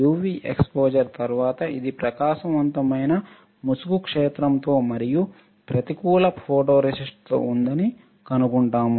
UV exposure తర్వాత ఇది ప్రకాశవంతమైన ముసుగు క్షేత్రంతో మరియు ప్రతికూల ఫోటోరేసిస్ట్ తో ఉందని కనుగొంటాము